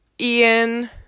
Ian